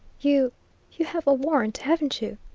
you you have a warrant, haven't you?